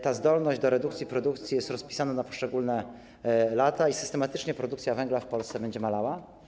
Ta zdolność do redukcji produkcji jest rozpisana na poszczególne lata i systematycznie produkcja węgla w Polsce będzie malała.